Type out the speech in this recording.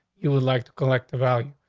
you would like to collect the value.